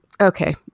Okay